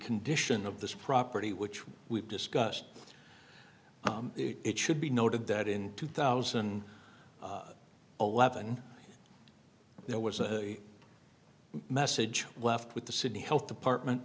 condition of this property which we've discussed it should be noted that in two thousand and eleven there was a message left with the city health department